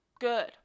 good